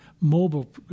mobile